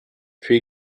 tree